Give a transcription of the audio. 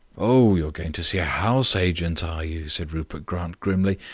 oh, you're going to see a house-agent, are you? said rupert grant grimly.